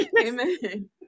amen